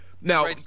now